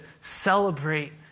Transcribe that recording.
celebrate